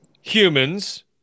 humans